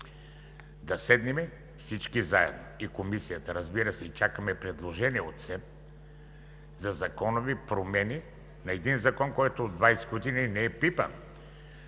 да седнем всички заедно, и Комисията, разбира се, чакаме и предложения от СЕМ, за законови промени на един закон, който от 20 години не е пипан.